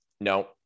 No